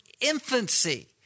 infancy